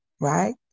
right